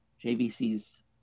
JVC's